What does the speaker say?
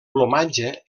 plomatge